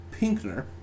Pinkner